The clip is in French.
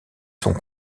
sont